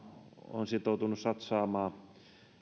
on sitoutunut satsaamaan